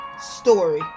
story